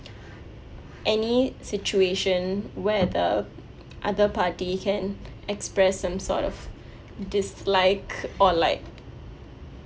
any situation where the other party can express some sort of dislike or like